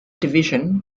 division